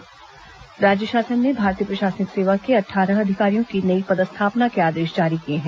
फेरबदल राज्य शासन ने भारतीय प्रशासनिक सेवा के अट्ठारह अधिकारियों की नई पदस्थापना के आदेश जारी किए हैं